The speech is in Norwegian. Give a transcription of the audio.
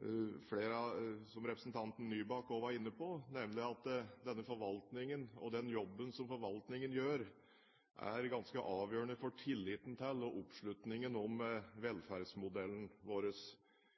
representanten Nybakk også var inne på, nemlig at denne forvaltningen, og den jobben som forvaltningen gjør, er ganske avgjørende for tilliten til og oppslutningen om